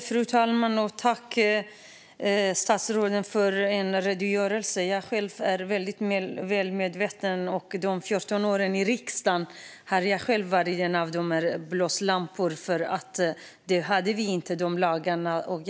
Fru talman! Tack för redogörelsen, statsrådet! Jag är väldigt väl medveten om lagarna; under mina 14 år i riksdagen har jag varit en av blåslamporna för detta. Vi hade inte dessa lagar tidigare.